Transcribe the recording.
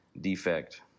defect